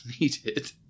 needed